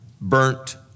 burnt